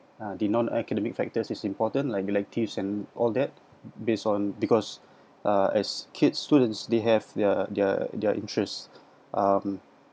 the non academic factors is important like electives and all that based on because uh as kids students they have their their their interest um